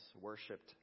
worshipped